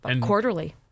Quarterly